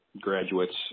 graduates